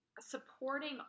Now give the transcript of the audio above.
supporting